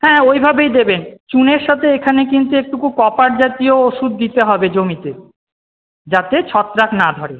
হ্যাঁ ওইভাবেই দেবেন চুনের সাথে এখানে কিন্তু একটু কপার জাতীয় ওষুধ দিতে হবে জমিতে যাতে ছত্রাক না ধরে